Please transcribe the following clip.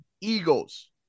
Eagles